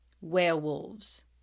Werewolves